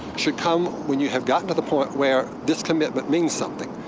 should come when you have gotten to the point where this commitment means something.